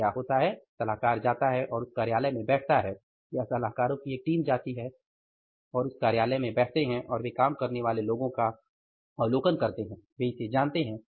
तो क्या होता है सलाहकार जाता है और उस कार्यालय में बैठता है या सलाहकारों की एक टीम जाती है और वे उस कार्यालय में बैठते हैं और वे काम करने वाले लोगों का अवलोकन करते हैं वे इसे जानते हैं